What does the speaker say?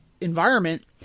environment